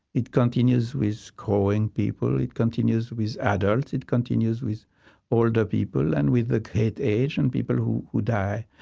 it continues with growing people, it continues with adults, it continues with older people, and with ah great age, and people who who die.